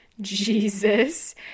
jesus